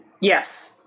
Yes